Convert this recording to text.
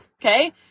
Okay